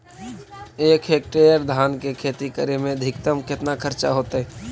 एक हेक्टेयर धान के खेती करे में अधिकतम केतना खर्चा होतइ?